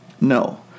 No